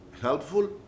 helpful